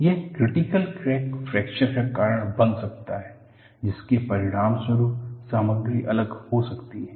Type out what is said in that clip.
एक critical crack fracture का कारण बन सकता है जिसके परिणामस्वरूप सामग्री अलग हो सकती है